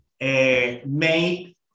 made